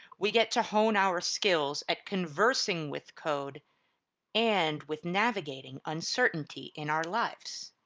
we get to hone our skills at conversing with code and with navigating uncertainty in our lives.